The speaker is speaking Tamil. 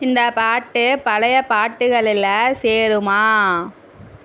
இந்த பாட்டு பழைய பாட்டுகளில் சேருமா